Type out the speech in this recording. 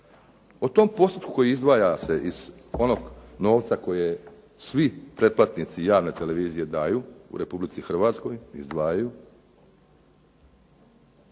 O tom postotku koji se izdvaja iz onog novca koji svi pretplatnici javne televizije daju u Republici Hrvatskoj izdvajaju